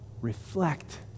reflect